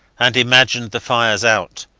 and imagined the fires out,